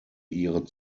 ihre